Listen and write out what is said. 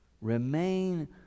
remain